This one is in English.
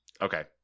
Okay